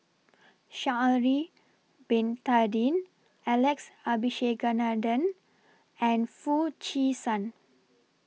Sha'Ari Bin Tadin Alex Abisheganaden and Foo Chee San